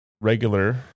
regular